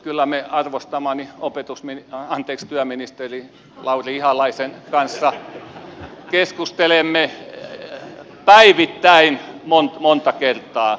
kyllä me arvostamani opetusministeri anteeksi työministeri lauri ihalaisen kanssa keskustelemme päivittäin monta kertaa